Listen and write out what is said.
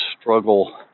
struggle